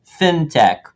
fintech